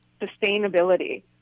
sustainability